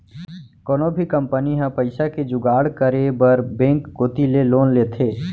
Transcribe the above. कोनो भी कंपनी ह पइसा के जुगाड़ करे बर बेंक कोती ले लोन लेथे